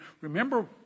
Remember